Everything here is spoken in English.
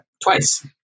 Twice